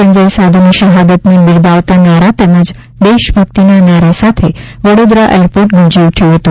સંજય સાધુની શહાદતને બિરદાવતા નારા તેમજ દેશભક્તિના નારા સાથે વડોદરા એરપોર્ટ ગુંજી ઉઠ્યું હતું